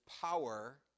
power